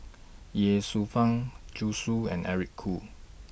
Ye Shufang Zhu Xu and Eric Khoo